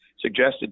suggested